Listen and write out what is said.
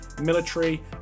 military